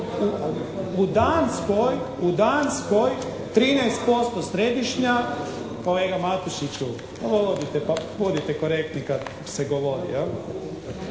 U Danskoj 13% središnja, kolega Matušiću, odite, pa budite korektni kad se govori,